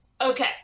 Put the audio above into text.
Okay